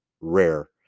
rare